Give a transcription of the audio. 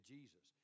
Jesus